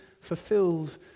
fulfills